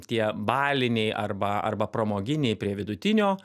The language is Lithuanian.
tie baliniai arba arba pramoginiai prie vidutinio